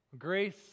grace